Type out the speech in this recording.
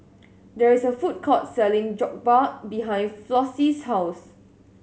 there is a food court selling Jokbal behind Flossie's house